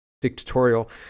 dictatorial